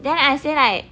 then I say like